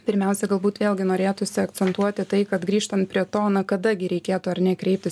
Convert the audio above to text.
pirmiausia galbūt vėlgi norėtųsi akcentuoti tai kad grįžtant prie to na kada gi reikėtų ar ne kreiptis